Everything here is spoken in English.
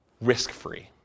risk-free